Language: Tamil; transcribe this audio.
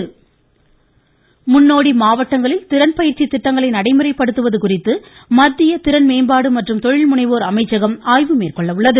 ழழழழழழழ திறன் வள்ப்பு முன்னோடி மாவட்டங்களில் திறன் பயிற்சி திட்டங்களை நடைமுறைப்படுத்துவது குறித்து மத்திய திறன்மேம்பாடு மற்றும் தொழில்முனைவோா் அமைச்சகம் ஆய்வு மேற்கொள்ள உள்ளது